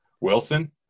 Wilson